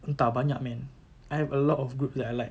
entah banyak man I have a lot of groups that I like